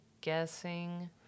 guessing